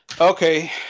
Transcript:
Okay